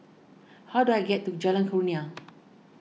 how do I get to Jalan Kurnia